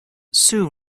sue